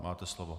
Máte slovo.